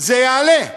זה יעלה.